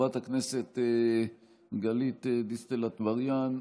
חברת הכנסת גלית דיסטל אטבריאן,